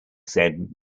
said